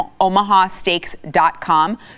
omahasteaks.com